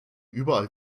überall